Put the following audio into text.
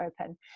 open